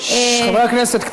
חברי הכנסת,